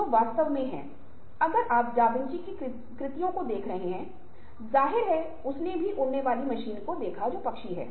इसलिए यदि हम अपनी आवृत्ति का मिलान कर सकते हैं तो यह बहुत मदद करने वाला है